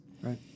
Right